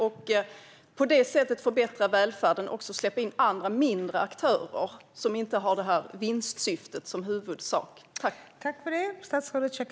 På det sättet skulle vi också kunna förbättra välfärden och släppa in andra, mindre aktörer, som inte har vinstsyftet som huvudsak.